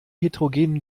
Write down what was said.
heterogenen